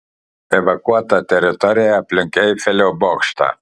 evakuota teritorija aplink eifelio bokštą